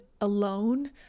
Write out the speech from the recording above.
alone